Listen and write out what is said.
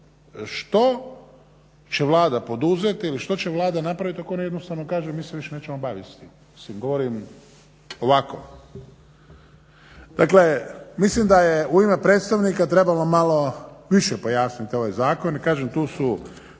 što će Vlada poduzeti ili što će Vlada napraviti ako oni jednostavno kažu mi se više nećemo baviti s tim? Mislim govorimo ovako. Dakle mislim da je u ime predstavnika trebalo malo više pojasniti ovaj zakon i kažem tu su